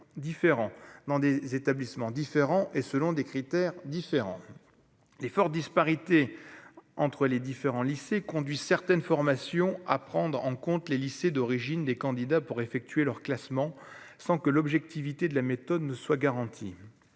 dans des établissements différents et, selon des critères différents, les fortes disparités entre les différents lycées conduit certaines formations à prendre en compte les lycées d'origine des candidats pour effectuer leur classement sans que l'objectivité de la méthode ne soit garantie,